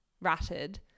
ratted